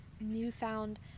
newfound